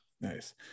nice